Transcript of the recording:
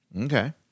Okay